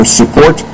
support